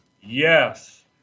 Yes